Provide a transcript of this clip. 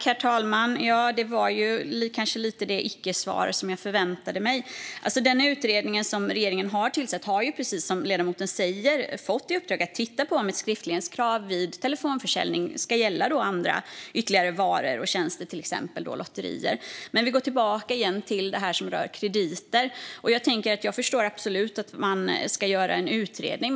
Herr talman! Det var kanske lite det icke-svar som jag förväntade mig. Den utredning som regeringen har tillsatt har precis som ledamoten säger fått i uppdrag att titta på om ett skriftlighetskrav vid telefonförsäljning ska gälla ytterligare varor och tjänster, till exempel lotterier. Jag går tillbaka till det som rör krediter. Jag förstår absolut att man ska göra en utredning.